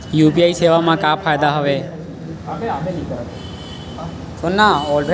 UPI सेवा मा का फ़ायदा हवे?